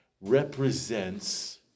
represents